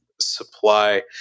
supply